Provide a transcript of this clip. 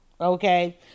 okay